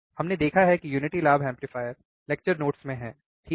हमने देखा है कि यूनिटी लाभ एम्पलीफायर लेक्चर नोट्स में है ठीक है